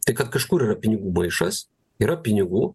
tai kad kažkur yra pinigų maišas yra pinigų